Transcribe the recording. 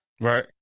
Right